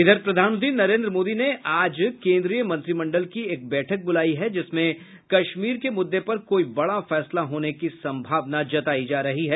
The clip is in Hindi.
इधर प्रधानमंत्री नरेन्द्र मोदी ने आज केन्द्रीय मंत्रिमंडल की एक बैठक बुलायी है जिसमें कश्मीर के मुद्दे पर कोई बड़ा फैसला होने की सम्भावना जतायी जा रही है